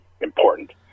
important